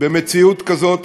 במציאות כזאת,